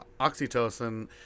oxytocin